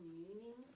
meaning